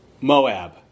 Moab